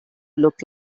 look